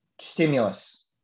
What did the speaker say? stimulus